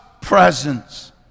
presence